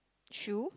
shoe